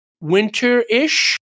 winter-ish